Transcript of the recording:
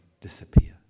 disappear